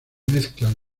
mezclan